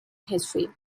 history